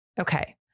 Okay